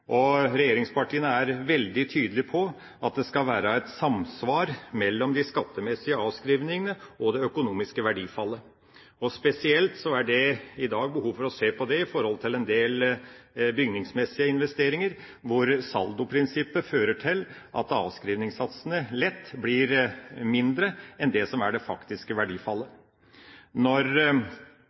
sammenheng. Regjeringspartiene er veldig tydelige på at det skal være et samsvar mellom de skattemessige avskrivningene og det økonomiske verdifallet. Spesielt er det i dag behov for å se dette i forhold til en del bygningsmessige investeringer, hvor saldoprinsippet fører til at avskrivningssatsene lett blir mindre enn det som er det faktiske verdifallet. Når